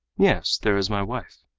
yes, there is my wife.